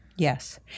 Yes